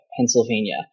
Pennsylvania